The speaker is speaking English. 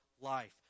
life